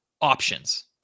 options